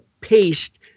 paste